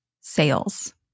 sales